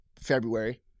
February